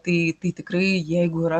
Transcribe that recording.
tai tai tikrai jeigu yra